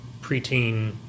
preteen